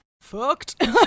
Fucked